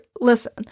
Listen